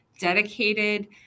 dedicated